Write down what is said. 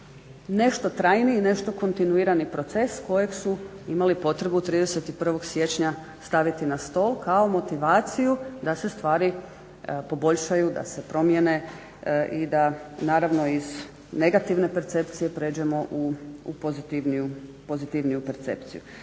nešto trajniji, nešto kontinuiraniji proces kojeg su imali potrebu 31. siječnja staviti na stol kao motivaciju da se stvari poboljšaju, da se promijene i da naravno iz negativne percepcije pređemo u pozitivniju percepciju.